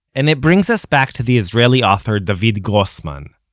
and it brings us back to the israeli author david grossman,